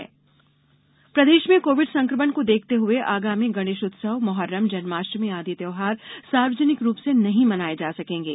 Covid उत्सव प्रदेश में कोविड संक्रमण को देखते हुए आगामी गणेश उत्सव मोहर्रम जन्माष्टमी आदि त्यौहार सार्वजनिक रूप से नहीं मनाए जा सकेंगे